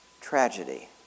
tragedy